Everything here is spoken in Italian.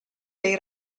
dei